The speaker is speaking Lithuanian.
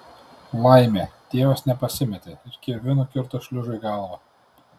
laimė tėvas nepasimetė ir kirviu nukirto šliužui galvą